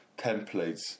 templates